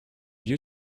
you